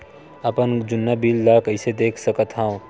अपन जुन्ना बिल ला कइसे देख सकत हाव?